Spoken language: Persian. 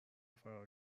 فرار